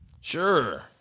Sure